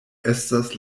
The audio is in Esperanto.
estas